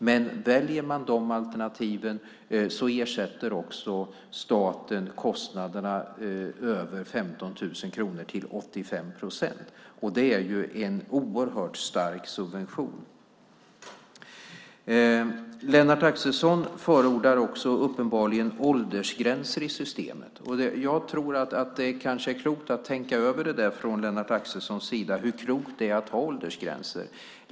Men väljer man de alternativen ersätter också staten kostnaderna över 15 000 kronor till 85 procent, och det är ju en oerhört stark subvention. Lennart Axelsson förordar också uppenbarligen åldersgränser i systemet. Jag tror att det kanske är klokt att från Lennart Axelssons sida tänka över hur klokt det är att ha åldersgränser.